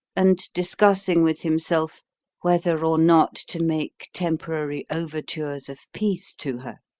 and discussing with himself whether or not to make temporary overtures of peace to her.